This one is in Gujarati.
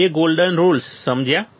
બે ગોલ્ડન રુલ્સ સમજ્યા